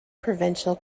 provincial